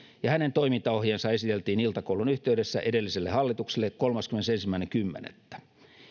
ja hänen toimintaohjeensa esiteltiin iltakoulun yhteydessä edelliselle hallitukselle kolmaskymmenesensimmäinen kymmenettä